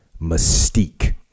mystique